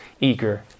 eager